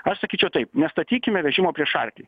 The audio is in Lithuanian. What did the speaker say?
aš sakyčiau taip nestatykime vežimo prieš arklį